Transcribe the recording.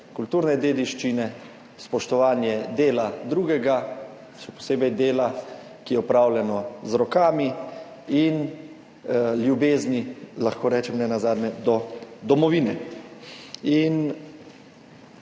kulturne dediščine, spoštovanje dela drugega, še posebej dela, ki je opravljeno z rokami in ljubeznijo, lahko rečem, nenazadnje do domovine.